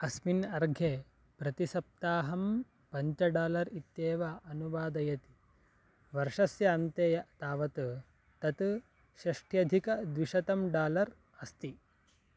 अस्मिन् अर्घे प्रतिसप्ताहं पञ्च डालर् इत्येव अनुवादयति वर्षस्य अन्ते तावत् तत् षष्ट्यधिकद्विशतं डालर् अस्ति